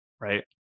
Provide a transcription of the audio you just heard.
Right